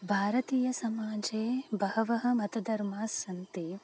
भारतीयसमाजे बहवः मतधर्मास्सन्ति